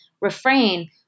refrain